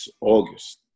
August